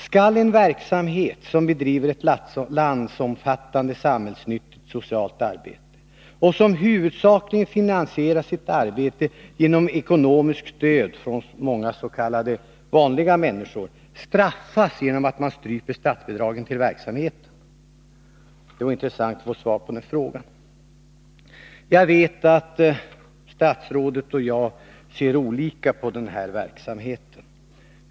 Skall en verksamhet som bedriver ett landsomfattande samhällsnyttigt socialt arbete och som huvudsakligen finansierar sitt arbete med ekonomiskt stöd från många s.k. vanliga människor straffas med att statsbidraget till verksamheten stryps? Det vore intressant att få svar på denna fråga. Jag vet att statsrådet och jag har olika syn på den här verksamheten.